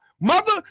Mother